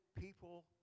people